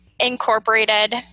incorporated